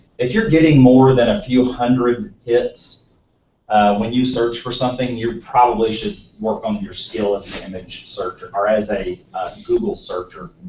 if you're getting more than a few hundred hits when you search for something, you probably should work on your skills in image searcher or as a google searcher.